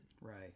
Right